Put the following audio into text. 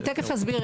אני תכף אסביר,